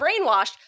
brainwashed